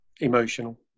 Emotional